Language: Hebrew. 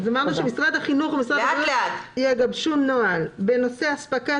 אמרנו ש"משרד החינוך ומשרד הבריאות יגבשו נוהל בנושא אספקת